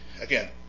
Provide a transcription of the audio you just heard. again